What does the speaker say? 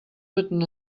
written